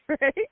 right